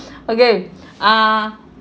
okay uh